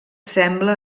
sembla